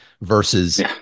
versus